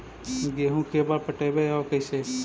गेहूं के बार पटैबए और कैसे?